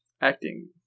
acting